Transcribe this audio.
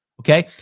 okay